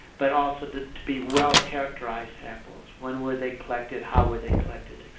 but also to be well-characterized samples. when were they collected? how were they collected, et